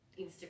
Instagram